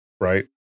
right